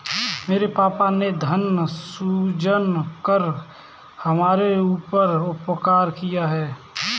मेरे पापा ने धन सृजन कर हमारे ऊपर उपकार किया है